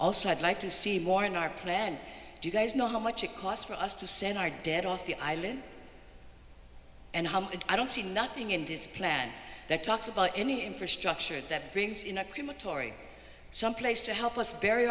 also i'd like to see more in our plan do you guys know how much it costs for us to send our debt off the island and how i don't see nothing in this plan that talks about any infrastructure that brings in a criminal tory someplace to help us